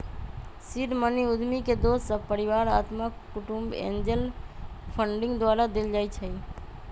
seed money उद्यमी के दोस सभ, परिवार, अत्मा कुटूम्ब, एंजल फंडिंग द्वारा देल जाइ छइ